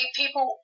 people